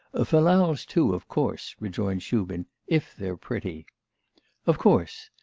ah fal-lals, too, of course rejoined shubin, if they're pretty of course.